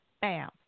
bam